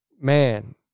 man